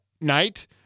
night